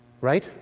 Right